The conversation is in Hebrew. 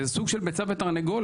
זה סוג של ביצה ותרנגולת.